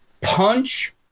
punch